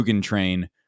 train